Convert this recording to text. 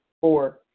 Four